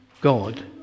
God